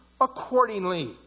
accordingly